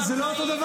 אבל זה לא אותו דבר.